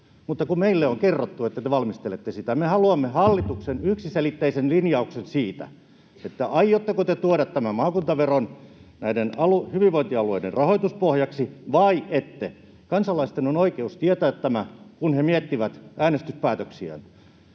mutta kun meille on kerrottu, että te valmistelette sitä, me haluamme hallituksen yksiselitteisen linjauksen siitä, aiotteko te tuoda tämän maakuntaveron näiden hyvinvointialueiden rahoituspohjaksi vai ette. Kansalaisilla on oikeus tietää tämä, kun he miettivät äänestyspäätöksiään.